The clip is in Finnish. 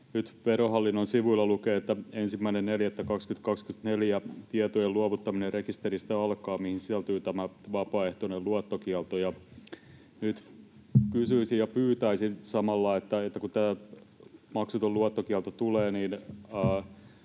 Verohallinnon sivuilla lukee, että 1.4.2024 tietojen luovuttaminen rekisteristä alkaa, mihin sisältyy tämä vapaaehtoinen luottokielto. Nyt kysyisin ja pyytäisin samalla, että kun tämä maksuton luottokielto tulee,